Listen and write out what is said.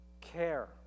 care